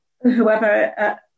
whoever